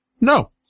No